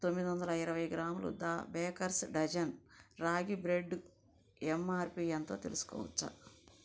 తొమ్మిదొందల ఇరవై గ్రాములు the Baker's Dozen ragi bread MRP ఎంతో తెలుసుకోవచ్చా